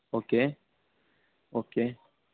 okay okay